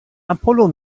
apollo